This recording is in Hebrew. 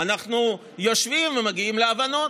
אנחנו יושבים ומגיעים להבנות.